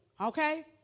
Okay